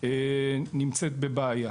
נמצאת בבעיה.